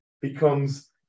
becomes